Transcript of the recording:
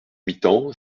mitan